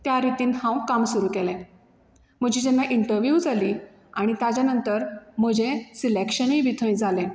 त्या रितीन हांव काम सुरू केलें म्हजी जेन्ना इंटरव्यू जाली आनी ताज्या नंतर म्हजें सिलेक्शनूय बी थंय जाले